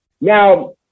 Now